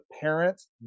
parents